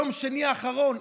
ביום שני האחרון,